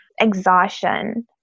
exhaustion